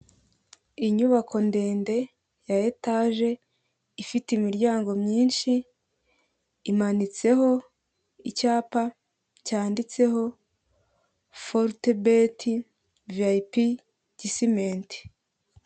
Inyubako ndende ya etaje ifite imiryango myinshi imanitseho icyapa cyanditseho forutebeti viyayipi Gisimenti.